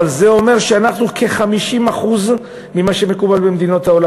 אבל זה אומר שאנחנו כ-50% ממה שמקובל במדינות העולם.